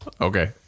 Okay